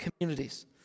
communities